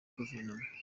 guverinoma